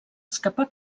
escapar